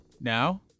Now